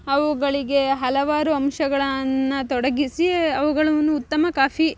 ಅವುಗಳಿಗೆ ಹಲವಾರು ಅಂಶಗಳನ್ನು ತೊಡಗಿಸಿ ಅವುಗಳನ್ನು ಉತ್ತಮ ಕಾಫಿ